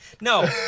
No